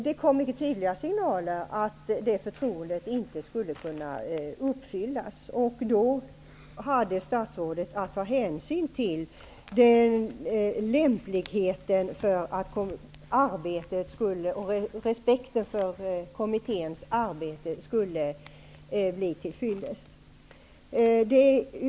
Det kom mycket tydliga signaler att i så fall förtroende inte skulle föreligga, och då hade statsrådet att ta hänsyn till om respekten för kommitténs arbete skulle kunna bli till fyllest.